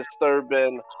disturbing